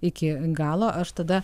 iki galo aš tada